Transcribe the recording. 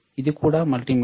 ఇది కూడా మల్టీమీటర్